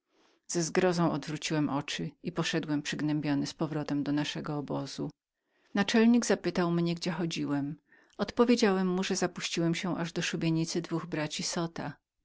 ze zgrozą odwróciłem oczy i smutno wróciłem do naszego obozu naczelnik zapytał mnie gdzie chodziłem odpowiedziałem mu że zapuściłem się aż do szubienicy dwóch braci zota